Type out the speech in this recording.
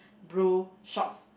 blue shorts